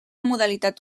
modalitat